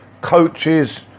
coaches